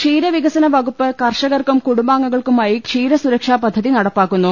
ക്ഷീരവികസന വകുപ്പ് കർഷകർക്കും കുടുംബാംഗങ്ങൾക്കുമായി ക്ഷീര സുരക്ഷാ പദ്ധതി നടപ്പാക്കുന്നു